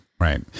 Right